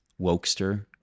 wokester